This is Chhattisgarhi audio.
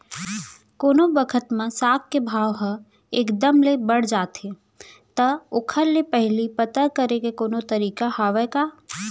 कोनो बखत म साग के भाव ह एक दम ले बढ़ जाथे त ओखर ले पहिली पता करे के कोनो तरीका हवय का?